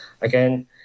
again